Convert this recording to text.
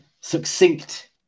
succinct